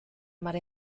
mar